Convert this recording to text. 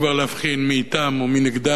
להבחין מי אתם ומי נגדם,